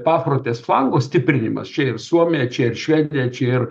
pafrontės flango stiprinimas čia ir suomija čia ir švedija čia ir